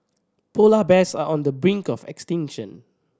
polar bears are on the brink of extinction